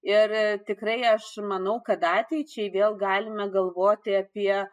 ir tikrai aš manau kad ateičiai vėl galime galvoti apie